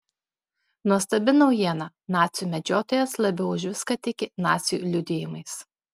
nuostabi naujiena nacių medžiotojas labiau už viską tiki nacių liudijimais